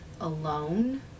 alone